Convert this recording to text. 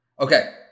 Okay